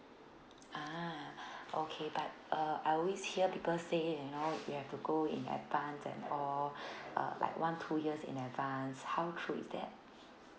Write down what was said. ah okay but uh I always hear people say you know you have to go in advance and all uh like one or two years in advance how true is that